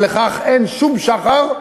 ולכך אין שום שחר.